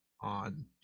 on